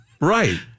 Right